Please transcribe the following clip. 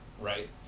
right